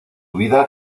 vida